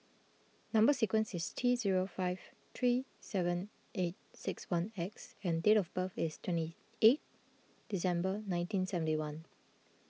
Number Sequence is T zero five three seven eight six one X and date of birth is twenty eight December nineteen seventy one